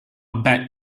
bet